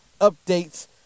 updates